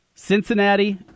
Cincinnati